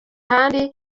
ahandi